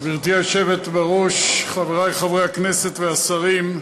גברתי היושבת-ראש, חברי חברי הכנסת והשרים,